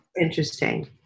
Interesting